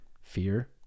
fear